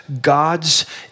God's